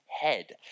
head